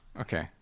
Okay